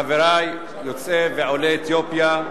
חברי יוצאי ועולי אתיופיה,